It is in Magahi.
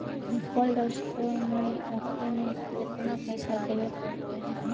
कोल्ड स्टोर में रखे में केतना पैसा देवे पड़तै है?